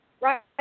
Right